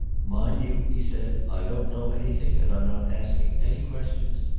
mind you, he said, i don't know anything and i'm not asking any questions.